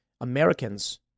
Americans